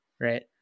right